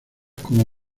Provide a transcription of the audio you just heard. como